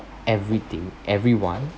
everything everyone